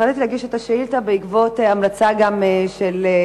החלטתי להגיש את השאילתא בעקבות המלצה של,